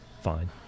Fine